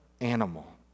animal